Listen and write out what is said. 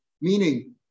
meaning